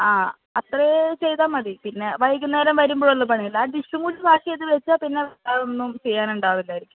ആ അത്രയും ചെയ്താൽ മതി പിന്നെ വൈകുന്നേരം വരുമ്പോഴുള്ള പണിയല്ലേ ആ ഡിഷും കൂടി വാഷ് ചെയ്ത് വെച്ചാൽ പിന്നെ വേറെ ഒന്നും ചെയ്യാൻ ഉണ്ടാവില്ലായിരിക്കും